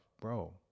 bro